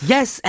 Yes